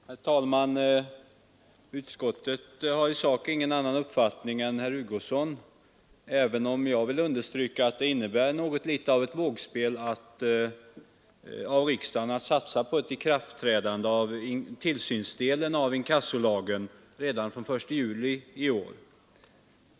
Herr talman! Utskottet har i sak ingen annan uppfattning än herr Hugosson, även om jag vill understryka att det innebär något litet av ett vågspel av riksdagen att satsa på ett ikraftträdande av tillsynsdelen av inkassolagen redan den 1 juli i år.